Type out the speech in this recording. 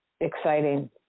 exciting